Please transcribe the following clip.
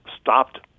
stopped